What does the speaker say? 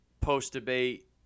post-debate